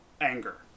anger